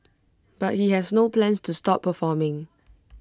but he has no plans to stop performing